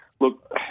look